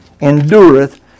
endureth